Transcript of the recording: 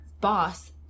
boss